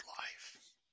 life